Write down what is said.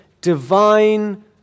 divine